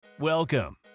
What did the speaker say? Welcome